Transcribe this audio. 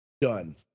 done